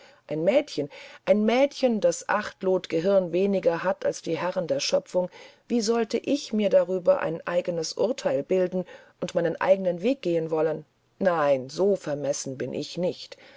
ein mädchen ein mädchen das acht lot gehirn weniger hat als die herren der schöpfung wie sollte ich mir darüber ein eigenes urteil bilden und meinen eigenen weg gehen wollen nein so vermessen bin ich nicht